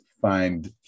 find